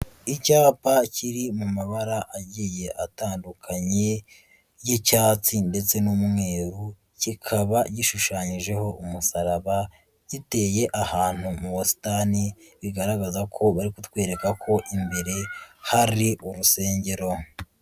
Icyapa kiri mu mabara agiye atandukanye y'icyatsi ndetse n'umweru, kikaba gishushanyijeho umusaraba giteye ahantu mu busitani bigaragaza ko bari kutwereka ko imbere hari urusengero.